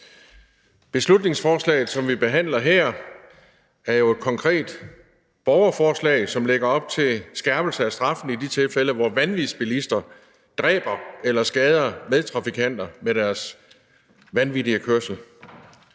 Beslutningsforslaget, som vi behandler her, er jo et konkret borgerforslag, som lægger op til skærpelse af straffen i de tilfælde, hvor vanvidsbilister dræber eller skader medtrafikanter med deres vanvittige kørsel.